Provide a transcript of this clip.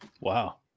Wow